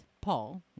Paul